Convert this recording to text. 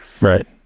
right